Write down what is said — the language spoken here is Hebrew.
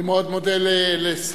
אני מאוד מודה לשר